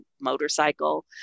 motorcycle